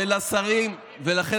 וכל אחד,